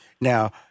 Now